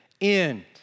end